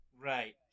Right